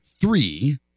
three